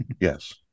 Yes